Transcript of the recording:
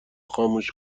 خاموش